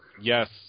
Yes